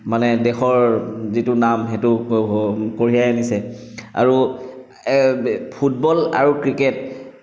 মানে দেশৰ যিটো নাম সেইটো কঢ়িয়াই আনিছে আৰু ফুটবল আৰু ক্ৰিকেট